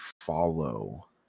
follow